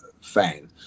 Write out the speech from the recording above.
fan